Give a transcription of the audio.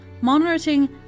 monitoring